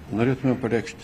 norėtumėm pareikšt